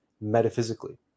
metaphysically